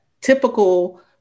typical